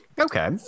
Okay